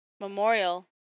Memorial